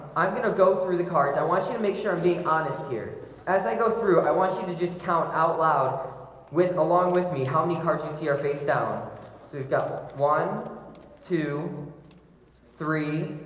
i'm gonna go through the cards i want you to make sure i'm being honest here as i go through. i want you to just count out loud with along with me how many cards you see are facedown so you've got one two three